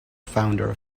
founder